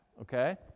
Okay